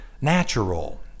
natural